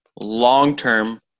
long-term